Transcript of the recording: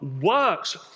works